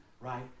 right